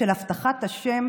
של הבטחת השם